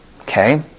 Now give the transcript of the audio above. Okay